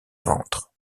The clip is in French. ventre